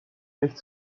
nicht